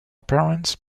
parents